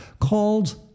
called